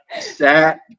set